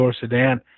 sedan